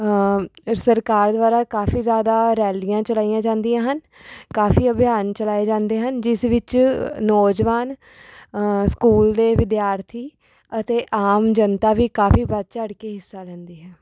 ਸਰਕਾਰ ਦੁਆਰਾ ਕਾਫੀ ਜ਼ਿਆਦਾ ਰੈਲੀਆਂ ਚਲਾਈਆਂ ਜਾਂਦੀਆਂ ਹਨ ਕਾਫੀ ਅਭਿਆਨ ਚਲਾਏ ਜਾਂਦੇ ਹਨ ਜਿਸ ਵਿੱਚ ਨੌਜਵਾਨ ਸਕੂਲ ਦੇ ਵਿਦਿਆਰਥੀ ਅਤੇ ਆਮ ਜਨਤਾ ਵੀ ਕਾਫੀ ਵੱਧ ਚੜ੍ਹ ਕੇ ਹਿੱਸਾ ਲੈਂਦੀ ਹੈ